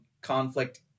conflict